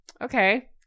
okay